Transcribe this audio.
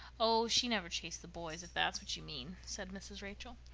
oh, she never chased the boys, if that's what you mean, said mrs. rachel.